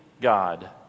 God